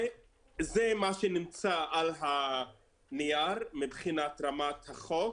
זה מה שנמצא על הנייר מבחינת רמת החוק,